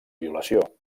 violació